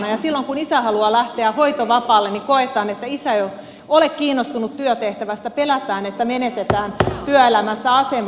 silloin kun isä haluaa lähteä hoitovapaalle niin koetaan että isä ei ole kiinnostunut työtehtävästä pelätään että menetetään työelämässä asema